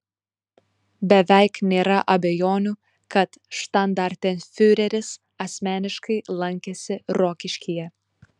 beveik nėra abejonių kad štandartenfiureris asmeniškai lankėsi rokiškyje